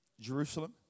Jerusalem